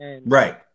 Right